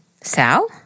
Sal